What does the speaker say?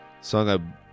song